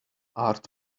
art